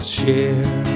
share